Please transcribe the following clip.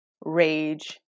rage